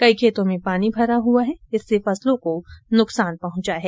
कई खेतों में पानी भरा हुआ है इससे फसलों को नुकसान पहुंचा है